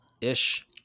ish